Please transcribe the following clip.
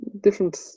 different